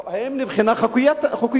טוב, האם נבחנה חוקיותה.